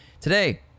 today